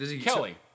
Kelly